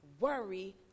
worry